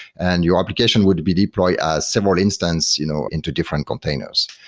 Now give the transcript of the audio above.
and your application would be deployed as several instance you know into different containers.